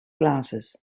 glasses